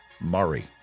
murray